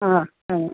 ആ ആ